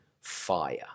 fire